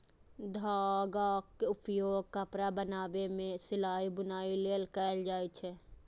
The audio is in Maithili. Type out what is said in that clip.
धागाक उपयोग कपड़ा बनाबै मे सिलाइ, बुनाइ लेल कैल जाए छै